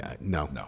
No